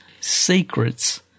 secrets